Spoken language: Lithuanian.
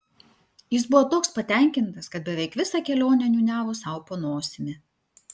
jis buvo toks patenkintas kad beveik visą kelionę niūniavo sau po nosimi